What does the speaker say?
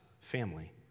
family